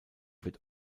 wird